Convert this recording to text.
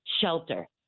shelter